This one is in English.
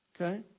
okay